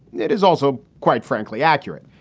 it is also, quite frankly, accurate.